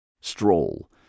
stroll